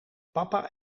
papa